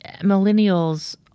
millennials